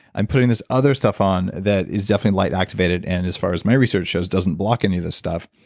i'm putting this other stuff on that is definitely light activated and as far as my research shows doesn't block any of this stuff.